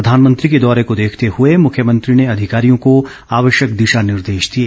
प्रधानमंत्री के दौरे को देखते हए मुख्यमंत्री ने अधिकारियों को आवश्यक दिशा निर्देश दिए